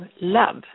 love